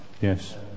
Yes